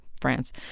France